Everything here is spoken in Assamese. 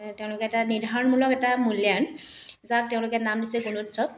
তেওঁলোকে এটা নিৰ্ধাৰণমূলক এটা মূল্যায়ন যাক তেওঁলোকে নাম দিছে গুণোৎসৱ